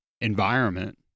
environment